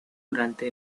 durante